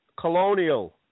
Colonial